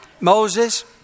Moses